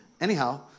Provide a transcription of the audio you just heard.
anyhow